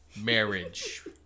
Marriage